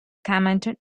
commented